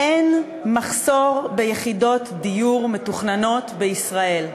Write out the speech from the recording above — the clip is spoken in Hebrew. אין מחסור ביחידות דיור מתוכננות בישראל.